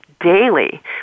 daily